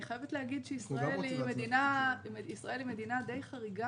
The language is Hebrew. אני חייבת להגיד שישראל היא מדינה די חריגה